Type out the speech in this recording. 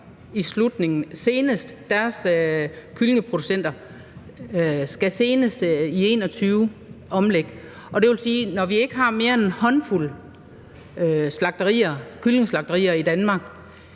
produktion, altså deres kyllingeproducenter skal senest i 2021 omlægge. Og det vil sige, at når vi ikke har mere end en håndfuld kyllingeslagterier i Danmark,